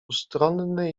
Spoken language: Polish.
ustronny